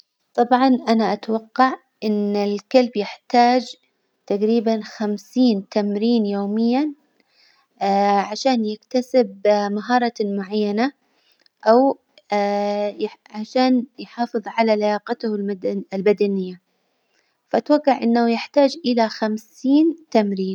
طبعا أنا أتوقع إن الكلب يحتاج تجريبا خمسين تمرين يوميا عشان يكتسب مهارة معينة أو عشان يحافظ على لياقته الب- البدنية، فأتوقع إنه يحتاج إلى خمسين تمرين.